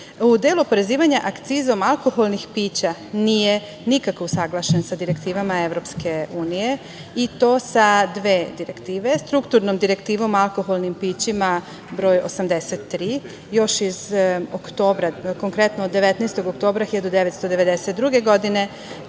u delu oporezivanja akcizom alkoholnih pića nije nikako usaglašen sa direktivama EU i to sa dve direktive. Strukturnom direktivom alkoholnim pićima broj 83, još iz oktobra, konkretno od 19. oktobra 1992. godine,